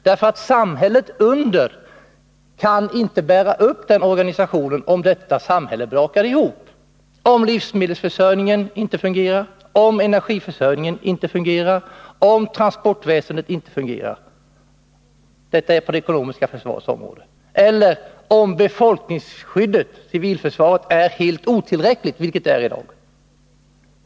Denna organisation kan inte bäras upp av ett samhälle som brakar ihop, om livsmedelsförsörjningen, energiförsörjningen eller transportväsendet inte fungerar — detta gäller på det ekonomiska försvarets område — eller om befolkningsskyddet, civilförsvaret, är helt otillräckligt, vilket det är i dag.